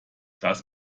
das